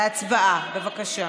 הצבעה, בבקשה.